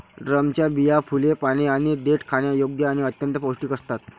ड्रमच्या बिया, फुले, पाने आणि देठ खाण्यायोग्य आणि अत्यंत पौष्टिक असतात